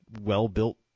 well-built